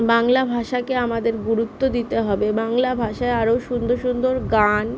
বাংলা ভাষাকে আমাদের গুরুত্ব দিতে হবে বাংলা ভাষায় আরও সুন্দর সুন্দর গান